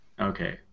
Okay